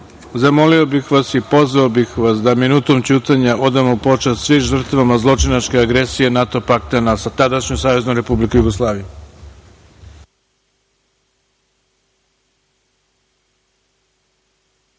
zamolio bih vas i pozvao bih vas da minutom ćutanja odamo počast svim žrtvama zločinačke agresije NATO pakta na tadašnju Saveznu Republiku Jugoslavije. Neka